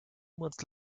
months